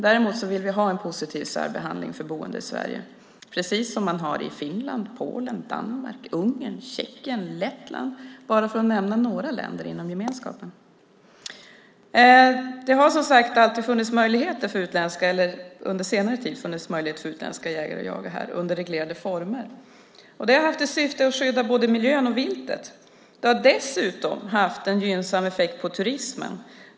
Däremot vill vi ha en positiv särbehandling för boende i Sverige, precis som man har i Finland, Polen, Danmark, Ungern, Tjeckien och Lettland, bara för att nämna några länder inom gemenskapen. Det har, som sagt, under senare tid funnits möjlighet för utländska jägare att jaga här under reglerade former. Det har haft till syfte att skydda både miljön och viltet. Det har dessutom haft en gynnsam effekt på turismen.